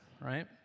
right